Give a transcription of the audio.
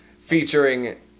featuring